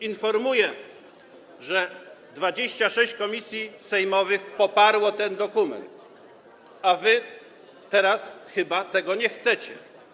Informuję, że 26 komisji sejmowych poparło ten dokument, a wy teraz chyba tego nie chcecie.